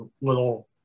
little